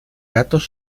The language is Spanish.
gatos